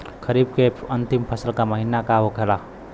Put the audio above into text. खरीफ के अंतिम फसल का महीना का होखेला?